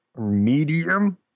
medium